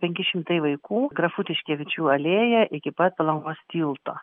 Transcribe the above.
penki šimtai vaikų grafų tiškevičių alėja iki pat palangos tilto